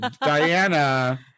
diana